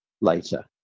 later